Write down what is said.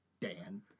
Dan